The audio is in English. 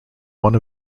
one